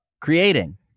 creating